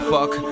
Fuck